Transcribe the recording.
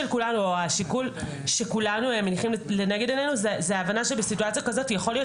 השיקול שכולנו מניחים לנגד עינינו זה ההבנה שבסיטואציה כזאת יכול להיות